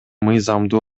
мыйзамдуу